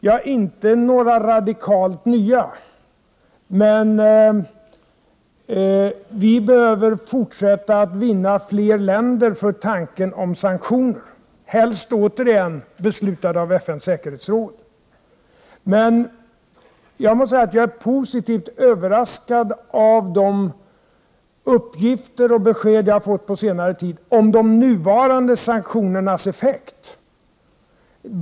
Jag anser inte att det behövs några radikalt nya insatser, men vi behöver fortsätta att vinna fler länder för tanken på sanktioner, helst sådana sanktioner som FN:s säkerhetsråd har fattat beslut om. Jag måste emellertid säga att jag är positivt överraskad av de uppgifter och besked som jag har fått under den senaste tiden om de nuvarande sanktionernas effekt.